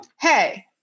Hey